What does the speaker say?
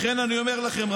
לכן אני אומר לכם,